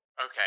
okay